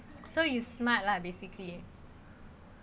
so you smart lah basically